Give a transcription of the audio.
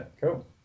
cool